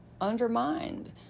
undermined